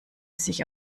sich